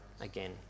again